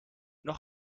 noch